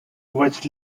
was